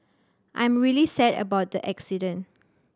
I'm really sad about the accident